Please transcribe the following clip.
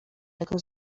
tego